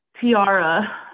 tiara